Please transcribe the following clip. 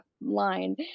line